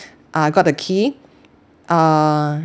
uh got the key uh